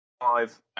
five